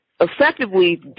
effectively